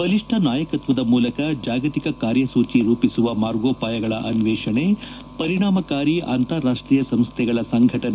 ಬಲಿಷ್ಟ ನಾಯಕತ್ವದ ಮೂಲಕ ಜಾಗತಿಕ ಕಾರ್ಯಸೂಚಿ ರೂಪಿಸುವ ಮಾರ್ಗೋಪಾಯಗಳ ಅನ್ವೇಷಣೆ ಪರಿಣಾಮಕಾರಿ ಅಂತಾರಾಷ್ಷೀಯ ಸಂಸ್ಥೆಗಳ ಸಂಘಟನೆ